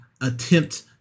attempt